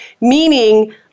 meaning